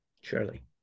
surely